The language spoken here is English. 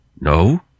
No